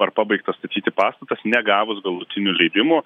ar pabaigtas statyti pastatas negavus galutinių leidimų